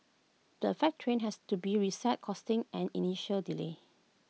the affected train has to be reset costing an initial delay